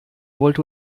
wollte